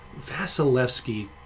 Vasilevsky